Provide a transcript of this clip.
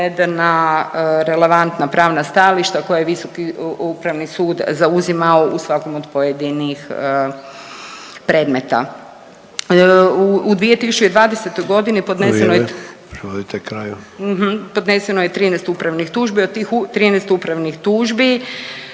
relevantna pravna stajališta koja je Visoki upravni sud zauzimao u svakom od pojedinih predmeta. U 2020.g. …/Upadica Sanader: Vrijeme,